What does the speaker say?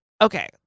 okay